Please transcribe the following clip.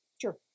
Sure